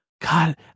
God